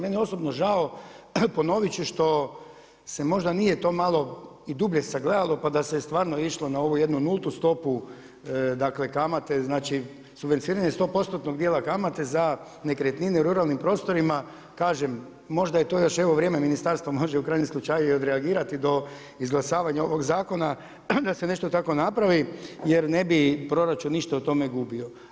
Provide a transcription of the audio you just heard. Meni je osobno žao ponovit ću što se možda nije to malo i dublje sagledalo pa da se stvarno išlo na ovu jednu nultu stopu kamate, subvencioniranje 100%-nog dijela kamate za nekretnine u ruralnim prostorima, kažem možda je to još evo vrijeme ministarstva može i u krajnjem slučaju i odreagirati do izglasavanja ovog zakona da se nešto tako napravi jer ne bi proračun ništa o tome gubio.